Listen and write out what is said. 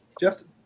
Justin